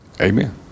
Amen